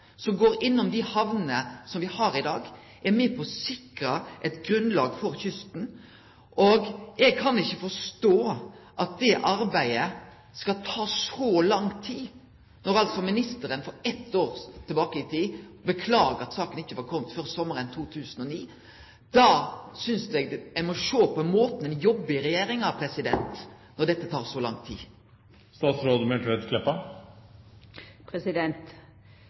som går innom dei hamnene som me har i dag, er med på å sikre eit grunnlag for kysten. Og eg kan ikkje forstå at det arbeidet skal ta så lang tid. Når altså den daverande ministeren for eitt år sidan beklaga at saka ikkje var komen før sommaren 2009, synest eg ein må sjå på måten ein jobbar på i regjeringa, når dette tek så lang